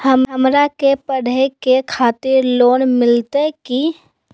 हमरा के पढ़े के खातिर लोन मिलते की?